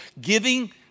giving